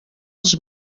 els